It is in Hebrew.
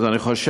אז אני חושב,